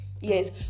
Yes